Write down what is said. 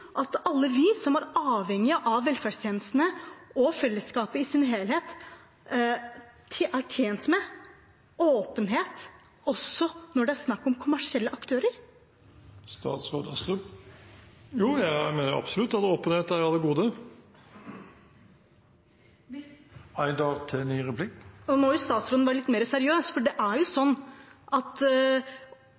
at alle vi som er avhengig av velferdstjenestene og fellesskapet i sin helhet, er tjent med åpenhet også når det er snakk om kommersielle aktører? Jo, jeg mener absolutt at åpenhet er av det gode. Nå må statsråden være litt mer seriøs, for det er sånn at